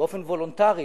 באופן וולונטרי,